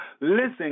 listen